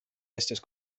estas